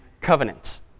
covenants